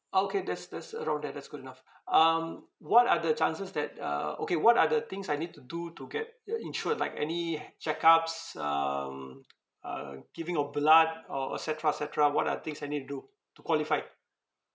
ah okay that's that's around there that's good enough um what are the chances that uh okay what are the things I need to do to get uh insured like any check ups um uh giving of blood or et cetera et cetera what are the things I need to do to qualify